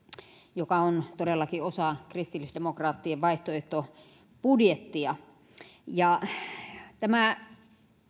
joka on todellakin osa kristillisdemokraattien vaihtoehtobudjettia tämä